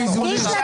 איזה איזונים?